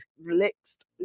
next